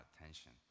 attention